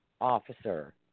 officer